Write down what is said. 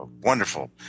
wonderful